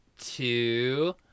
two